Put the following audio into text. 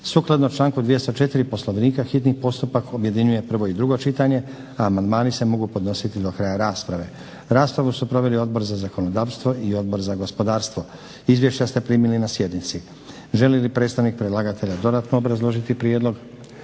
Sukladno članku 204. Poslovnika hitni postupak objedinjuje prvo i drugo čitanje, a amandmani se mogu podnositi do kraja rasprave. Raspravu su proveli Odbor za zakonodavstvo i Odbor za zakonodavstvo. izvješća ste primili na sjednici. Želi li predstavnik predlagatelja dodatno obrazložiti prijedlog?